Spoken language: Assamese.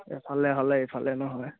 এফালে হ'লে ইফালে নহয়